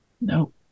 No